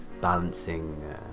balancing